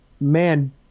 man